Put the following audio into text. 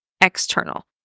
external